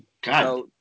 God